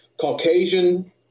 Caucasian